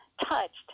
touched